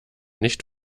nicht